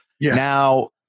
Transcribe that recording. Now